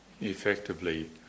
effectively